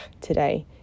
today